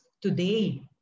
today